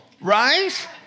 right